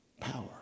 power